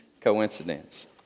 coincidence